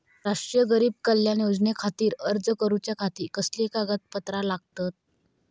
राष्ट्रीय गरीब कल्याण योजनेखातीर अर्ज करूच्या खाती कसली कागदपत्रा लागतत?